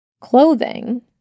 Clothing